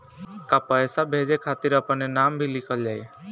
का पैसा भेजे खातिर अपने नाम भी लिकल जाइ?